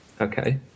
Okay